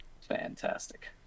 Fantastic